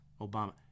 Obama